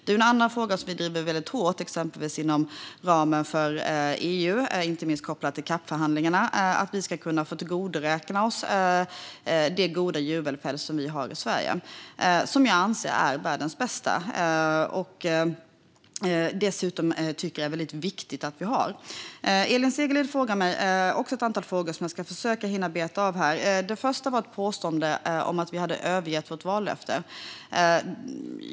En annan fråga som vi driver hårt, exempelvis inom ramen för EU och inte minst kopplat till CAP-förhandlingarna, är att vi ska kunna tillgodoräkna oss den goda djurvälfärd som vi har i Sverige. Jag anser att den är världens bästa och att det är viktigt att vi har den. Elin Segerlind ställer också ett antal frågor som jag ska försöka hinna beta av. Den första var ett påstående om att vi har övergett vårt vallöfte.